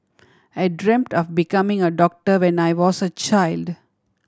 I dreamt of becoming a doctor when I was a child